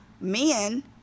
men